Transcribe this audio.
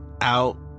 out